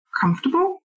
comfortable